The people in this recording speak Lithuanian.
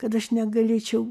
kad aš negalėčiau